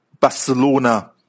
Barcelona